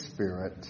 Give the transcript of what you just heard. Spirit